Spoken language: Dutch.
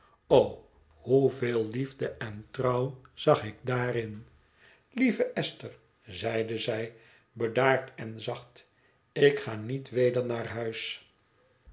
o hoeveel liefde en trouw zag ik daarin lieve esther zeide zij bedaard en zacht ik ga niet weder naar huis